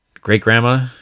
great-grandma